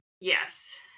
Yes